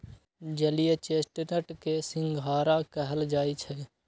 जलीय चेस्टनट के सिंघारा कहल जाई छई